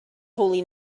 holy